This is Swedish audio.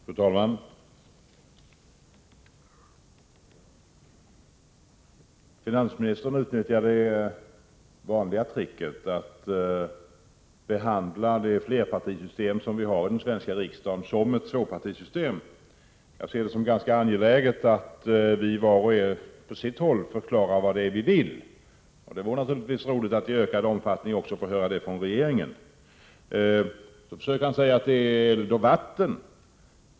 Fru talman! Finansministern utnyttjade det vanliga tricket att framställa det flerpartisystem som vi har i den svenska riksdagen som ett tvåpartisystem. Jag ser det som ganska angeläget att vi, var och en på sitt håll, förklarar vad vi vill. Det vore naturligtvis roligt att i ökad utsträckning få höra det också från regeringen. Sedan talade finansministern om eld och vatten.